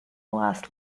last